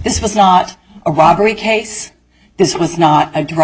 this was not a robbery case this was not a drug